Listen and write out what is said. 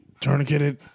tourniqueted